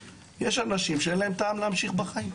יש אנשים שאין להם טעם להמשיך בחיים.